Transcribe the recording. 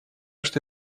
что